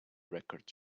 records